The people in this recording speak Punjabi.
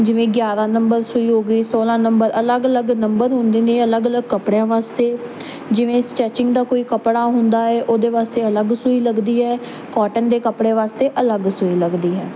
ਜਿਵੇਂ ਗਿਆਰਾਂ ਨੰਬਰ ਸੂਈ ਹੋ ਗਈ ਸੋਲਾਂ ਨੰਬਰ ਅਲੱਗ ਅਲੱਗ ਨੰਬਰ ਹੁੰਦੇ ਨੇ ਅਲੱਗ ਅਲੱਗ ਕੱਪੜਿਆਂ ਵਾਸਤੇ ਜਿਵੇਂ ਸਟੀਚਿੰਗ ਦਾ ਕੋਈ ਕੱਪੜਾ ਹੁੰਦਾ ਹੈ ਉਹਦੇ ਵਾਸਤੇ ਅਲੱਗ ਸੂਈ ਲੱਗਦੀ ਹੈ ਕਾਟਨ ਦੇ ਕੱਪੜੇ ਵਾਸਤੇ ਅਲੱਗ ਸੂਈ ਲੱਗਦੀ ਹੈ